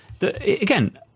Again